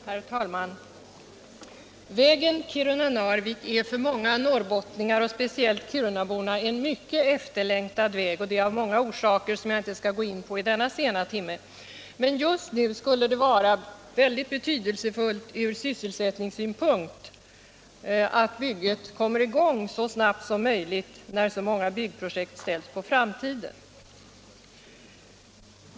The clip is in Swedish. Herr talman! Vägen Kiruna-Narvik är för många norrbottningar och speciellt kirunaborna en mycket efterlängtad väg, och det av många orsaker som jag inte skall gå in på i denna sena timme. Men just nu skulle det vara mycket betydelsefullt från sysselsättningssynpunkt att bygget kom i gång så snabbt som möjligt när så många byggprojekt ställs på framtiden.